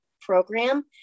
program